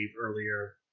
earlier